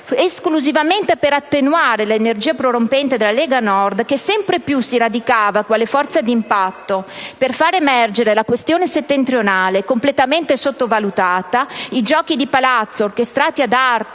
esclusivamente per attenuare l'energia prorompente della Lega Nord, che sempre più si radicava quale forza di impatto per far emergere la questione settentrionale completamente sottovalutata. I giochi di palazzo orchestrati ad arte